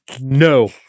No